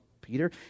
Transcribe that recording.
Peter